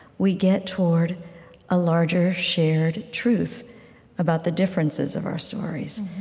we get toward a larger shared truth about the differences of our stories,